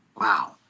Wow